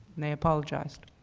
and they apologized.